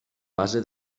base